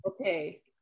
okay